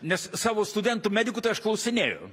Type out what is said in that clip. nes savo studentų medikų klausinėju